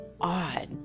odd